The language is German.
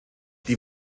die